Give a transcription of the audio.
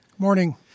Morning